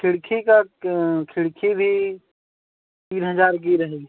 खिड़की का खिड़की भी तीन हज़ार की रहेगी